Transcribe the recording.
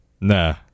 Nah